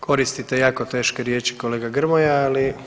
Koristite jako teške riječi kolega Grmoja, ali…